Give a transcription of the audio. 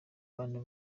abantu